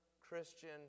Christian